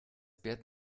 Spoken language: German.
bert